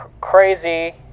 crazy